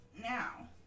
now